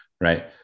right